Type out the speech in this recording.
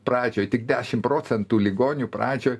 pradžioje tik dešim procentų ligonių pradžioj